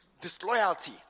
disloyalty